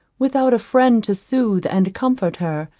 without a friend to sooth and comfort her,